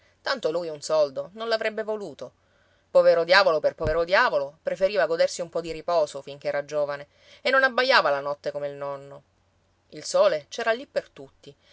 tanto lui un soldo non l'avrebbe voluto povero diavolo per povero diavolo preferiva godersi un po di riposo finché era giovane e non abbaiava la notte come il nonno il sole c'era lì per tutti